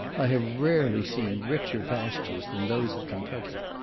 i have rarely seen richer pastures than those of kentucky.